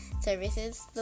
services